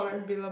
mm